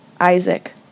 Isaac